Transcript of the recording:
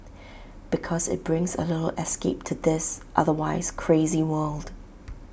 because IT brings A little escape to this otherwise crazy world